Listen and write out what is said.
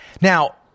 Now